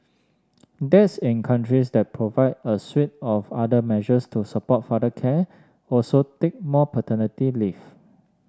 dads in countries that provide a suite of other measures to support father care also take more paternity leave